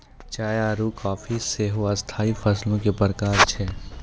चाय आरु काफी सेहो स्थाई फसलो के प्रकार छै